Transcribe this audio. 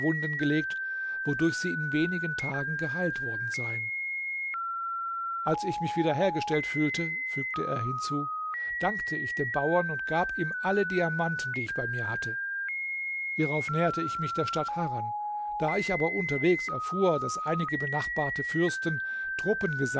gelegt wodurch sie in wenigen tagen geheilt worden seien als ich mich wieder hergestellt fühlte fügte er hinzu dankte ich dem bauern und gab ihm alle diamanten die ich bei mir hatte hierauf näherte ich mich der stadt harran da ich aber unterwegs erfuhr daß einige benachbarte fürsten truppen